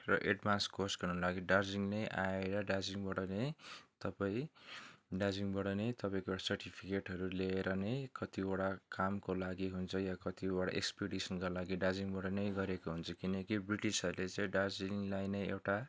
र advance course गराउन लागि दार्जिलिङ नै आएर दार्जिलिङबाट नै तपाईँ दार्जिलिङबाट नै तपाईँको सर्टिफिकेटहरू लिएर नै कतिवटा कामको लागि हुन्छ या कतिवटा एक्सपिडिसनको लागि दार्जिलिङबाट नै गरेको हुन्छ किनकि ब्रिटिसहरूले चाहिँ दार्जिलिङलाई नै एउटा